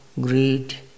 greed